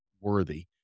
worthy